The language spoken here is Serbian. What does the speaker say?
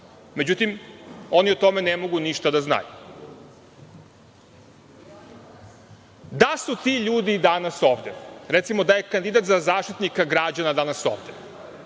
Međutim, oni o tome ne mogu ništa da znaju. Da su ti ljudi danas ovde, recimo da je kandidat za Zaštitnika građana danas ovde,